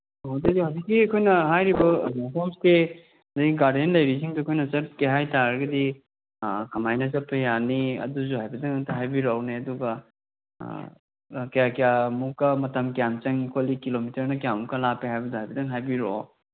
ꯑꯣ ꯑꯗꯨꯗꯤ ꯍꯧꯖꯤꯛꯀꯤ ꯑꯩꯈꯣꯏꯅ ꯍꯥꯏꯔꯤꯕ ꯍꯣꯝ ꯏꯁꯇꯦ ꯑꯗꯩ ꯒꯥꯔꯗꯦꯟ ꯂꯩꯔꯤꯁꯤꯡꯗꯣ ꯑꯩꯈꯣꯏꯅ ꯆꯠꯀꯦ ꯍꯥꯏ ꯇꯥꯔꯒꯗꯤ ꯀꯃꯥꯏꯅ ꯆꯠꯄ ꯌꯥꯅꯤ ꯑꯗꯨꯁꯨ ꯍꯥꯏꯐꯦꯠꯇꯪ ꯑꯝꯇ ꯍꯥꯏꯕꯤꯔꯛꯎꯅꯦ ꯑꯗꯨꯒ ꯀꯌꯥ ꯀꯌꯥꯃꯨꯛꯀ ꯃꯇꯝ ꯀ꯭ꯌꯥꯝ ꯆꯪꯉꯤ ꯈꯣꯠꯂꯤ ꯀꯤꯂꯣꯃꯤꯇꯔꯅ ꯀꯌꯥꯃꯨꯛꯀ ꯂꯥꯞꯄꯤ ꯍꯥꯏꯕꯗꯣ ꯍꯥꯏꯐꯦꯠꯇꯪ ꯍꯥꯏꯕꯤꯔꯛꯑꯣ